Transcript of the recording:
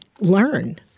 learn